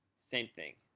same thing.